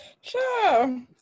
Sure